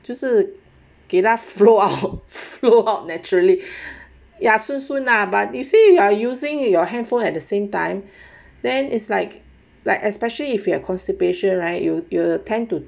就是给他 flow out throw out naturally ya 顺顺啦 but you say you are using your handphone at the same time then is like like especially if you are constipation right you you will tend to